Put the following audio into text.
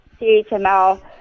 CHML